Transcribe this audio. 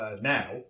now